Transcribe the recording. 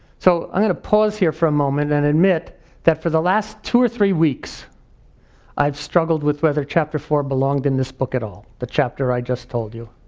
so i'm gonna pause here for a moment and admit that for the last two or three weeks i've struggled with whether chapter four belonged in this book at all, the chapter i just told you.